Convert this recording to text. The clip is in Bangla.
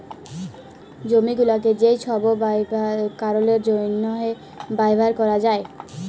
জমি গুলাকে যে ছব কারলের জ্যনহে ব্যাভার ক্যরা যায়